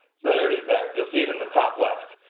so there it is there. you'll see it in the top left.